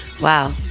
Wow